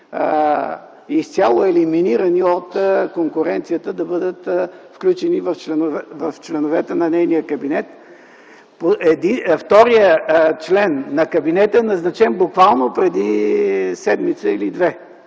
изцяло елиминирани от конкуренцията да бъдат включени в членовете на нейния кабинет. Вторият член на кабинета е назначен буквално преди седмица или две.